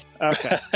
Okay